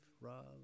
Rob